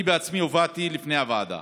אני בעצמי הופעתי בפני הוועדה